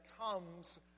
comes